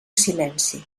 silenci